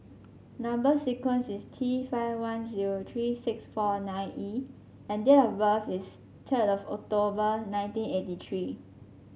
number sequence is T five one zero three six four nine E and date of birth is third of October nineteen eighty three